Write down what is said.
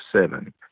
seven